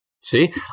See